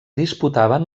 disputaven